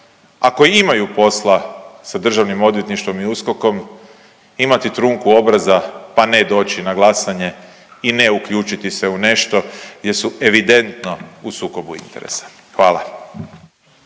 ako imaju posla sa DORH-om i USKOK-om, imati trunku obraza pa ne doći na glasanje i ne uključiti se u nešto gdje su evidentno u sukobu interesa. Hvala.